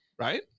right